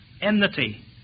enmity